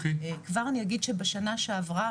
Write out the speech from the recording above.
כבר אני אגיד שבשנה שעברה